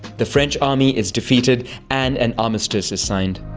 the french army is defeated and an armistice is signed.